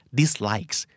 dislikes